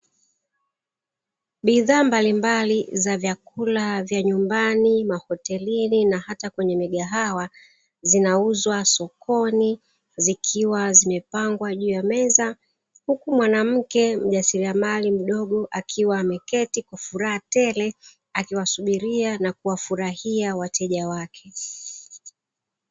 Bidhaa mbalimbali za vyakula vya nyumbani, mahotelini na hata kwenye migahawa; zinauzwa sokoni, zikiwa zimepangwa juu ya meza. Huku mwanamke mjasiriamali mdogo akiwa ameketi kwa furaha tele, akiwasubiria na kuwafurahia wateja wake.